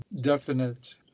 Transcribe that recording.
definite